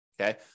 okay